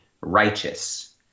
righteous